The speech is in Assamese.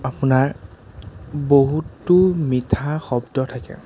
আপোনাৰ বহুতো মিঠা শব্দ থাকে